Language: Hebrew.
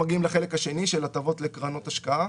הכללי לוקח מהתשואה בהשקעה.